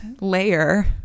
layer